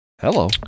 Hello